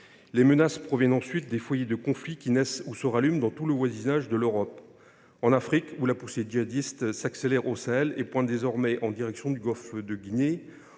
Les menaces viennent ensuite des foyers de conflits qui naissent ou se rallument dans tout le voisinage de l’Europe : en Afrique, où la poussée djihadiste s’accélère au Sahel et pointe désormais en direction du golfe de Guinée